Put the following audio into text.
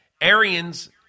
Arians